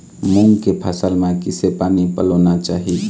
मूंग के फसल म किसे पानी पलोना चाही?